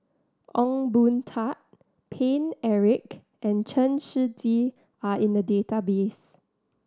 Ong Boon Tat Paine Eric and Chen Shiji are in the database